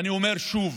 ואני אומר שוב,